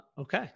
okay